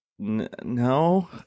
no